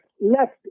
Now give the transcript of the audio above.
left